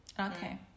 Okay